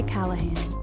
Callahan